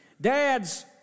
Dads